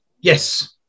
Yes